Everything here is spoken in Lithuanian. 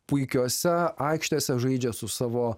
puikiose aikštėse žaidžia su savo